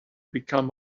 become